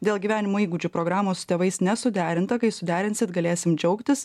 dėl gyvenimo įgūdžių programų su tėvais nesuderinta kai suderinsit galėsim džiaugtis